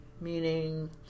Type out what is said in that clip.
meaning